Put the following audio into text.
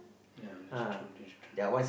ya that's true this true